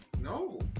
No